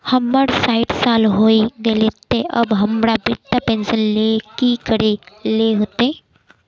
हमर सायट साल होय गले ते अब हमरा वृद्धा पेंशन ले की करे ले होते?